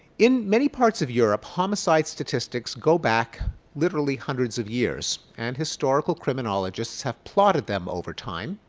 in many parts of europe homicide statistics go back literally hundreds of years and historical criminologists have plotted them over time.